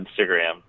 Instagram